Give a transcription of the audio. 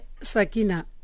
Sakina